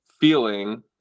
feeling